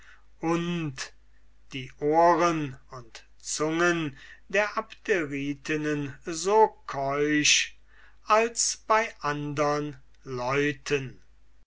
und die ohren und zungen der abderitinnen so keusch als die von andern leuten